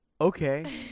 okay